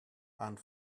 and